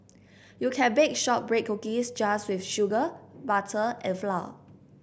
you can bake shortbread cookies just with sugar butter and flour